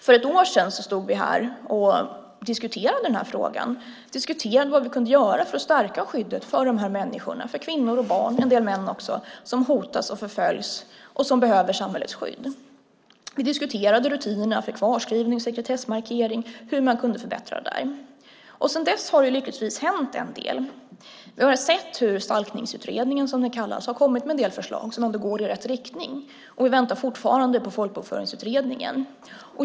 För ett år sedan stod vi här och diskuterade den här frågan. Vi diskuterade vad vi kunde göra för att stärka skyddet för de här människorna, för kvinnor och barn och en del män som hotas och förföljs och som behöver samhällets skydd. Vi diskuterade rutinerna för kvarskrivning, sekretessmarkering och hur man kunde förbättra där. Sedan dess har det lyckligtvis hänt en del. Vi har sett hur Stalkningsutredningen har kommit med en del förslag som ändå går i rätt riktning. Vi väntar fortfarande på Folkbokföringsutredningen.